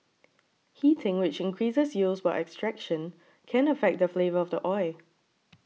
heating which increases yields while extraction can affect the flavour of the oil